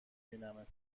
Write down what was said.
بینمت